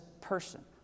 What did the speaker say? person